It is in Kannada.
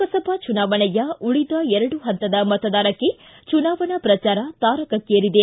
ಲೋಕಸಭಾ ಚುನಾವಣೆಯ ಉಳಿದ ಎರಡು ಹಂತದ ಮತದಾನಕ್ಕೆ ಚುನಾವಣಾ ಪ್ರಚಾರ ತಾರಕ್ಕೇರಿದೆ